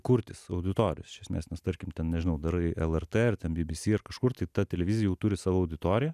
kurtis auditorijos iš esmės nes tarkim ten nežinau darai lrt ar ten bbc ar kažkur tai ta televizija jau turi savo auditoriją